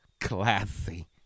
classy